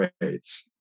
rates